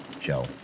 Joe